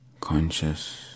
conscious